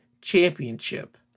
Championship